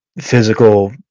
physical